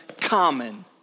common